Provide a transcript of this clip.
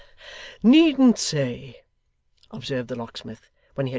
needn't say observed the locksmith,